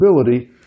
ability